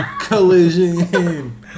Collision